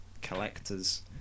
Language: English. collectors